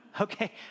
Okay